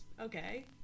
okay